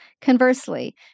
Conversely